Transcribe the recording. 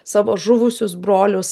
savo žuvusius brolius